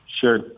Sure